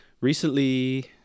recently